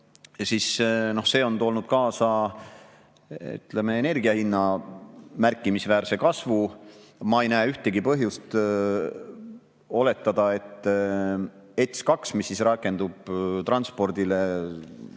see on toonud kaasa, ütleme, energia hinna märkimisväärse kasvu. Ma ei näe ühtegi põhjust oletada, et ETS2, mis rakendub transpordile,